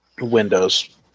Windows